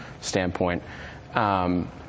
standpoint